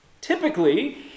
Typically